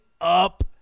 up